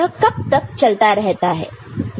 यह कब तक चलता रहता है